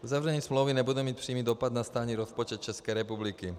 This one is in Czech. Uzavření smlouvy nebude mít přímý dopad na státní rozpočet České republiky.